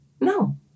no